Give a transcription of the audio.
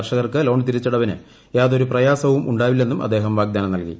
കർഷകർക്ക് ലോൺ തിരച്ചടവിന് യാതൊരു പ്രയാസവും ഉണ്ടാവില്ലെന്നും അദ്ദേഹം വാഗ്ദാനം നൽകി